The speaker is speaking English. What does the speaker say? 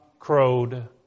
crowed